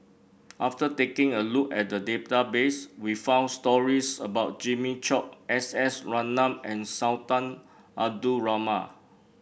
after taking a look at the database we found stories about Jimmy Chok S S Ratnam and Sultan Abdul Rahman